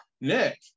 Nick